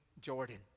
Jordan